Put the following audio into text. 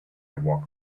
walk